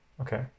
Okay